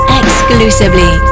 exclusively